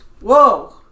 Whoa